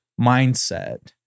mindset